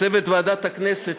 צוות ועדת הכנסת,